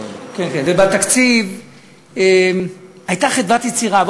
ובתקציב הייתה חדוות יצירה.